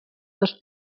dos